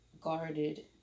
guarded